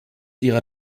ihrer